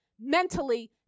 mentally